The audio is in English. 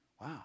Wow